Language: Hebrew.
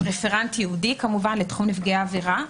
עם רפרנט ייעודי כמובן לתחום נפגעי העבירה.